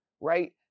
right